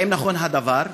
1. האם נכון הדבר?